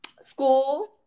school